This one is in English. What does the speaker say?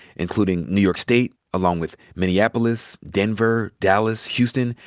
including new york state, along with minneapolis, denver, dallas, houston,